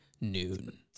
noon